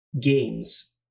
games